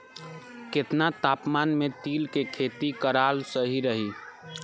केतना तापमान मे तिल के खेती कराल सही रही?